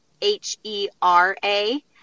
h-e-r-a